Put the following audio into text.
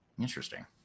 Interesting